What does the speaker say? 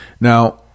Now